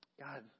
God